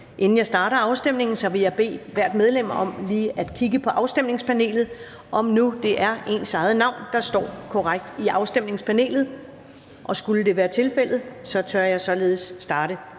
Inden jeg starter afstemningen, vil jeg bede hvert medlem om lige at kigge på afstemningspanelet for at se, om det nu er ens eget navn, der står i afstemningspanelet. Og skulle det være tilfældet, tør jeg således starte